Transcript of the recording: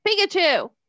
Pikachu